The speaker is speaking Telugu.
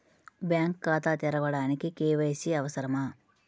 బ్యాంక్ ఖాతా తెరవడానికి కే.వై.సి అవసరమా?